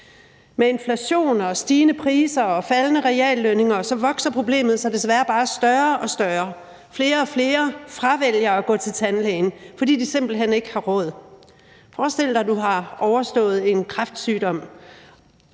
Med inflation, stigende priser og faldende reallønninger vokser problemet sig desværre bare større og større, og flere og flere fravælger at gå til tandlægen, fordi de simpelt hen ikke har råd. Forestil dig, at du har overstået en kræftsygdom,